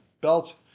belt